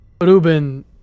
Ruben